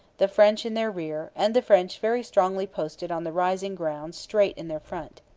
the french in their rear, and the french very strongly posted on the rising ground straight in their front.